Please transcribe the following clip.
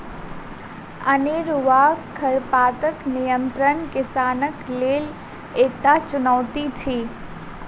अनेरूआ खरपातक नियंत्रण किसानक लेल एकटा चुनौती अछि